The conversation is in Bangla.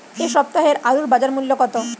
এ সপ্তাহের আলুর বাজার মূল্য কত?